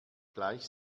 gleich